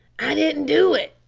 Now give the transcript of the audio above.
i didn't do it!